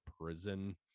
prison